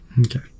okay